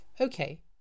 okay